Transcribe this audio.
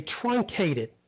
truncated